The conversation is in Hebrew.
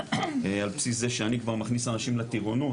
על בסיס זה שאני כבר מכניס אנשים לטירונות,